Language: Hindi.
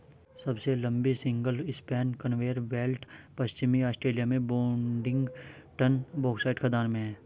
सबसे लंबी सिंगल स्पैन कन्वेयर बेल्ट पश्चिमी ऑस्ट्रेलिया में बोडिंगटन बॉक्साइट खदान में है